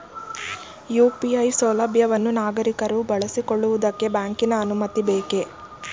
UPI ಸೌಲಭ್ಯವನ್ನು ನಾಗರಿಕರು ಬಳಸಿಕೊಳ್ಳುವುದಕ್ಕೆ ಬ್ಯಾಂಕಿನ ಅನುಮತಿ ಬೇಕೇ?